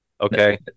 Okay